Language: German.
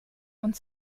und